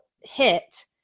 hit